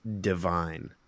divine